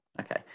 Okay